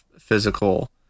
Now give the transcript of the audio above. physical